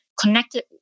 connected